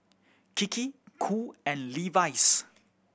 Kiki Cool and Levi's